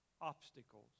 obstacles